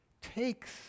takes